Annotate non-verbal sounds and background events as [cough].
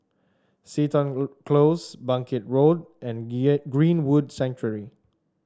Seton Close Bangkit Road and [unintelligible] Greenwood Sanctuary